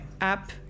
app